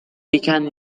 began